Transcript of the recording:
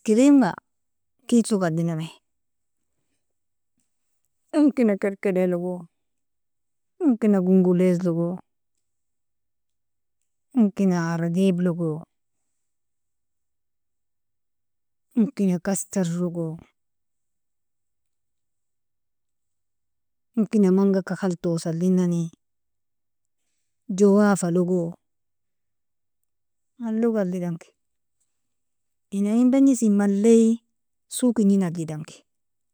Iskermga kislog adlinami, momkina kerkedelogo, momkina gunqulizlogo, momkina aradeblogo, momkina kastarlogo, momkina mangaka khaltosa adlinani, jawafalogo, malelog adlidang, in aien bagnisin malie suu kgnin adlidangi.